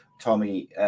Tommy